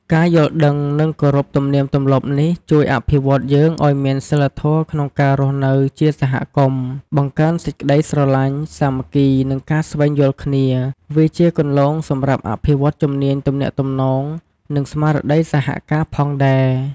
ការយល់ដឹង និងគោរពទំនៀមទម្លាប់នេះជួយអភិវឌ្ឍន៍យើងឲ្យមានសីលធម៌ក្នុងការរស់នៅជាសហគមន៍ បង្កើនសេចក្តីស្រឡាញ់ សាមគ្គី និងការស្វែងយល់គ្នា វាជាគន្លងសម្រាប់អភិវឌ្ឍជំនាញទំនាក់ទំនង និងស្មារតីសហការផងដែរ។